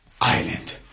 Island